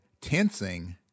tensing